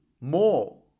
more